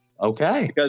Okay